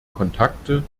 kontakte